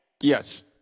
Yes